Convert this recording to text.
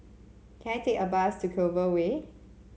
can I take a bus to Clover Way